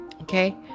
Okay